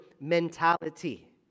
mentality